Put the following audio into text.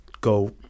go